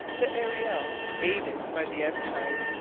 the ariel, aided by the ebb tide,